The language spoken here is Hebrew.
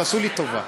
תעשו לי טובה,